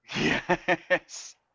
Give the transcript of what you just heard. Yes